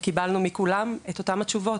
וקיבלנו מכולם את אותן התשובות,